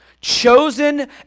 chosen